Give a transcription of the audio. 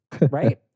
right